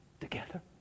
together